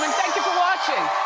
watching.